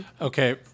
Okay